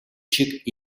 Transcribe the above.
шиг